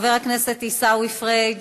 חבר הכנסת עיסאווי פריג'